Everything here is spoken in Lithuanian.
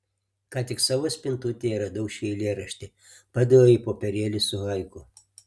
ką tik savo spintutėje radau šį eilėraštį padaviau jai popierėlį su haiku